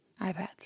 iPads